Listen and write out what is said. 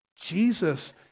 Jesus